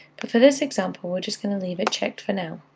but for this example, we're just going to leave it checked for now.